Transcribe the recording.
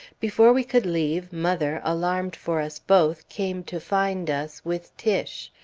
before we could leave, mother, alarmed for us both, came to find us, with tiche.